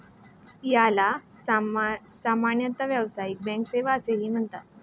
याला सामान्यतः व्यावसायिक बँक सेवा असेही म्हणतात